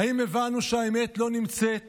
האם הבנו שהאמת לא נמצאת